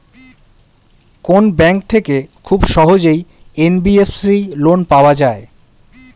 কোন ব্যাংক থেকে খুব সহজেই এন.বি.এফ.সি লোন পাওয়া যায়?